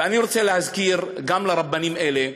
ואני רוצה להזכיר גם לרבנים האלה,